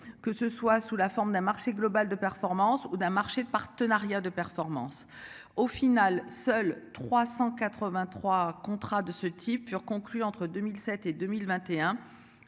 que ce soit sous la forme d'un marché global de performances ou d'un marché de partenariat de performance. Au final, seuls 383 contrat de ce type pur conclu entre 2007 et 2021.